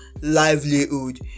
livelihood